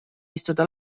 istuda